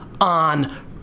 on